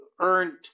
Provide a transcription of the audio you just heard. earned